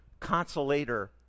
Consolator